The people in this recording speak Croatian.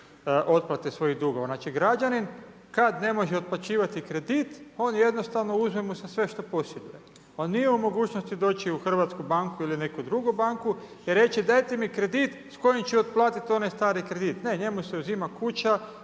otplate svojih dugova. Znači građanin kada ne može otplaćivati kredit, on jednostavno, uzme mu se sve što posjeduje. Pa nije u mogućnosti doći u hrvatsku banku ili neku drugu banku i reći dajte mi kredit s kojim ću otplatiti onaj stari kredit. Ne, njemu se uzima kuća,